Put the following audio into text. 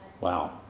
Wow